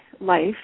life